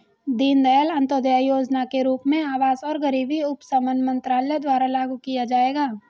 दीनदयाल अंत्योदय योजना के रूप में आवास और गरीबी उपशमन मंत्रालय द्वारा लागू किया जाएगा